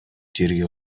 жерге